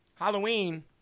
Halloween